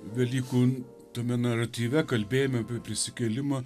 velykų tame naratyve kalbėjome apie prisikėlimą